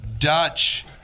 Dutch